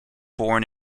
born